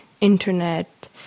internet